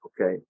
okay